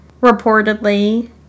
reportedly